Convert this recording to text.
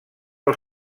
els